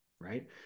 right